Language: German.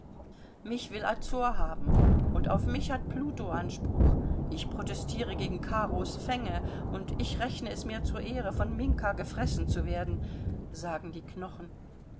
mich will azor haben und auf mich hat pluto anspruch ich protestiere gegen karo's fänge und ich rechne es mir zur ehre von minka gefressen zu werden sagen die knochen